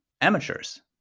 amateurs